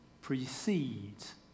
precedes